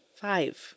five